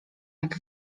jak